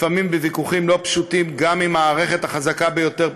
לפעמים בוויכוחים לא פשוטים גם עם המערכת החזקה ביותר פה,